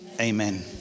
amen